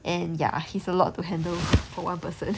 and ya he's a lot to handle for one person